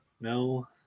no